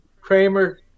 Kramer